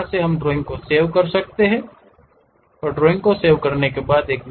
मैं हमेशा अपनी ड्राइंग को सेव की तरह सेव कर सकता हूं